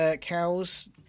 cows